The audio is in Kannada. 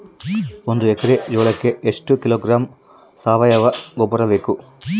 ಒಂದು ಎಕ್ಕರೆ ಜೋಳಕ್ಕೆ ಎಷ್ಟು ಕಿಲೋಗ್ರಾಂ ಸಾವಯುವ ಗೊಬ್ಬರ ಬೇಕು?